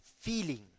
feeling